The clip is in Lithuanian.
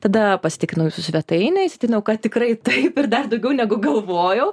tada pasitikrinau jūsų svetainę įsitikinau kad tikrai taip ir dar daugiau negu galvojau